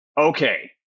okay